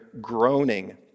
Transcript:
groaning